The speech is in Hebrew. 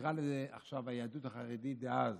תקרא לזה עכשיו היהדות החרדית דאז,